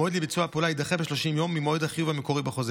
המועד לביצוע הפעולה יידחה ב-30 יום ממועד החיוב המקורי בחוזה.